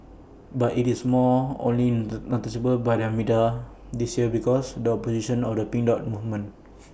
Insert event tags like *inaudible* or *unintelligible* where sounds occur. but IT is more only *unintelligible* noticed by the media this year because the opposition or the pink dot movement